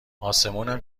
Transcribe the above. اسمونم